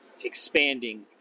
expanding